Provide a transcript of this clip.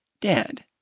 dead